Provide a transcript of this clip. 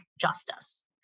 justice